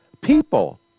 people